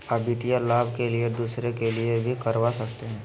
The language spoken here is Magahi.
आ वित्तीय लाभ के लिए दूसरे के लिए भी करवा सकते हैं?